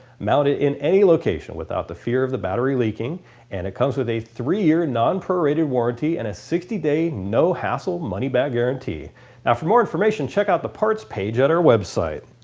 mount it in any location without the fear of the battery leaking and it comes with a three year non-prorated warranty and a sixty day no-hassle money-back guarantee. now for more information check out the partz page at our website.